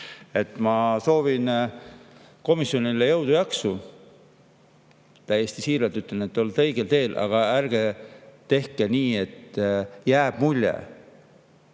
Ma soovin komisjonile jõudu ja jaksu. Täiesti siiralt ütlen, et te olete õigel teel, aga ärge tehke nii, et jääb mulje,